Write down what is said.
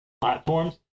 platforms